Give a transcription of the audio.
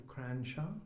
Cranshaw